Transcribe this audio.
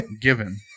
given